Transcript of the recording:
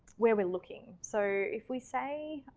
we're we're looking. so if we say.